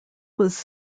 was